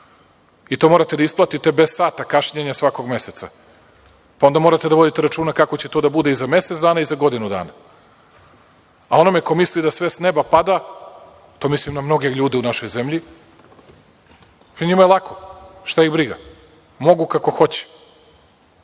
To morate da isplatite bez sata kašnjenja svakog meseca, pa onda morate da vodite računa kako će to da bude i za mesec dana i za godinu dana. A onome ko misli da sve s neba pada, tu mislim na mnoge ljude u našoj zemlji, njima je lako, šta ih briga, mogu kako hoće. Što